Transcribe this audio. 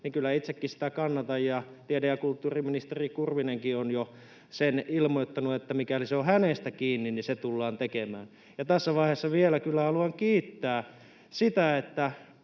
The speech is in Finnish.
niin kyllä itsekin sitä kannatan, ja tiede- ja kulttuuriministeri Kurvinenkin on jo sen ilmoittanut, että mikäli se on hänestä kiinni, niin se tullaan tekemään. Tässä vaiheessa haluan kyllä kiittää vielä sitä, että